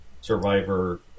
survivor